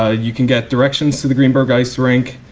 ah you can get directions to the greenberg ice rink.